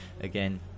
again